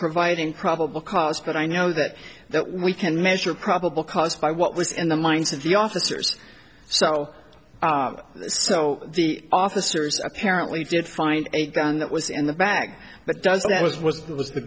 providing probable cause but i know that that we can measure probable cause by what was in the minds of the officers so so the officers apparently did find a gun that was in the bag but does that was was that was the